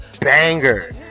banger